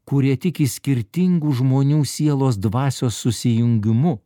kurie tiki skirtingų žmonių sielos dvasios susijungimu